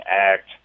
act